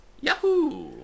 yahoo